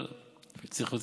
אבל צריך יותר,